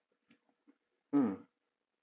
mm